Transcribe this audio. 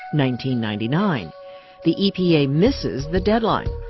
ninety ninety nine the epa misses the deadline.